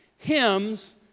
hymns